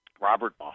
Robert